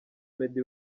meddy